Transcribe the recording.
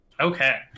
Okay